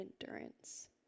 endurance